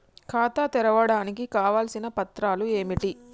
ఖాతా తెరవడానికి కావలసిన పత్రాలు ఏమిటి?